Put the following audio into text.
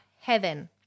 heaven